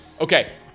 okay